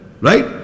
Right